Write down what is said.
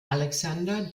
alexander